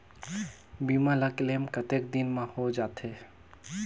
बीमा ला क्लेम कतेक दिन मां हों जाथे?